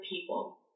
people